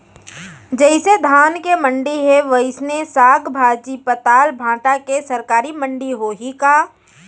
जइसे धान के मंडी हे, वइसने साग, भाजी, पताल, भाटा के सरकारी मंडी होही का?